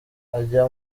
ajya